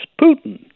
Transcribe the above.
Putin